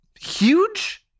huge